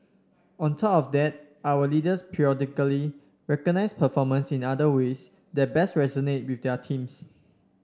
on top of that our leaders periodically recognise performance in other ways that best resonate with their teams